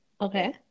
Okay